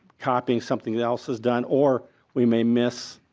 copying something else that's done or we may miss